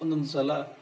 ಒಂದೊಂದು ಸಲ